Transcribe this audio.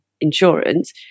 Insurance